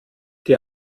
die